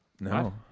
No